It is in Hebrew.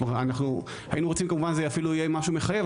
אנחנו היינו רוצים כמובן שזה אפילו יהיה משהו מחייב,